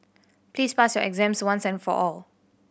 please pass your exams once and for all